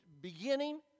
beginning